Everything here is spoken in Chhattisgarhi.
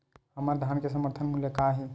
हमर धान के समर्थन मूल्य का हे?